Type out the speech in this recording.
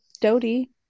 dodie